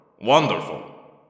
Wonderful